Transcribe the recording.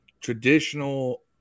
traditional